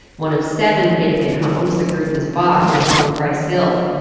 one of seven vacant homes the group has bought in lower price hill.